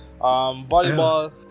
volleyball